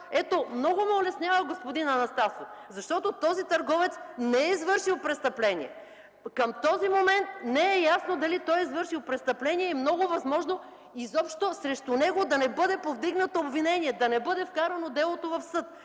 Много ме улеснява господин Анастасов, защото този търговец не е извършил престъпление, към този момент не е ясно дали е извършил престъпление и е много възможно срещу него изобщо да не бъде повдигнато обвинение, да не бъде вкарано делото в съд,